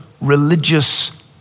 religious